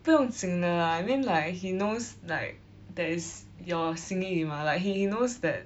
不用经的啦 I mean like he knows like there is your 心意 mah like he knows that